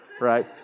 Right